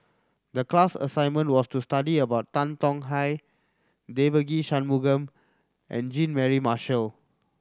the class assignment was to study about Tan Tong Hye Devagi Sanmugam and Jean Mary Marshall